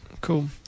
Cool